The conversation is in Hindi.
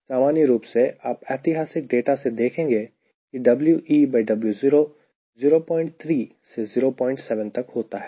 सामान्य रूप से आप ऐतिहासिक डेटा से देखेंगे कि WeWo 03 से 07 तक होता है